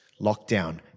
lockdown